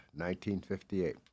1958